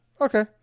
Okay